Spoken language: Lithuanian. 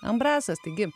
ambrasas taigi